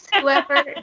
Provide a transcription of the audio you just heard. whoever